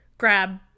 grab